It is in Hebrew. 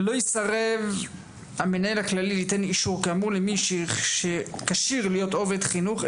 "לא יסרב המנהל הכללי ליתן אישור כאמור למי שכשיר להיות עובד חינוך,